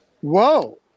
Whoa